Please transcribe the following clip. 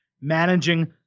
managing